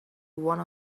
one